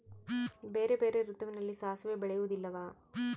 ಬೇರೆ ಬೇರೆ ಋತುವಿನಲ್ಲಿ ಸಾಸಿವೆ ಬೆಳೆಯುವುದಿಲ್ಲವಾ?